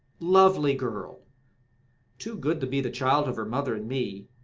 lovely girl too good to be the child of her mother and me!